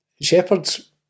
Shepherds